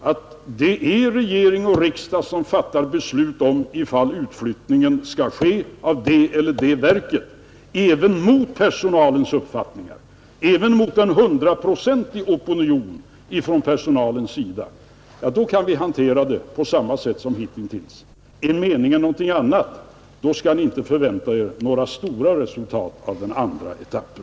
Om det är regering och riksdag som fattar beslut om ifall utflyttning av det eller det verket skall ske även mot en hundraprocentig opinion från personalens sida, då kan vi hantera den här verksamheten på samma sätt som hitintills. Är meningen en annan, då skall ni inte förvänta er några stora resultat av den andra etappen.